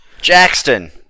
Jackson